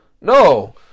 No